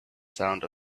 sound